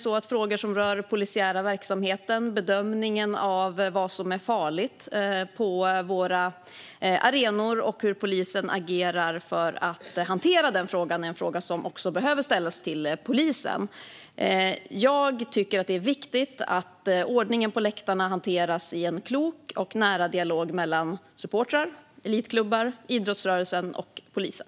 Sedan är bedömningen av vad som är farligt på våra arenor och hur polisen agerar för att hantera detta frågor som också behöver ställas till polisen. Jag tycker att det är viktigt att ordningen på läktarna hanteras i en klok och nära dialog mellan supportrar, elitklubbar, idrottsrörelsen och polisen.